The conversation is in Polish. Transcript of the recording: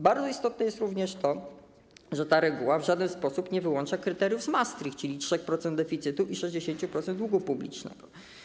Bardzo istotne jest również to, że ta reguła w żaden sposób nie wyłącza kryteriów z Maastricht, czyli 3% deficytu i 60% długu publicznego.